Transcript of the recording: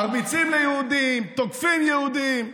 מרביצים ליהודים, תוקפים יהודים.